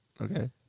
Okay